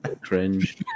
cringe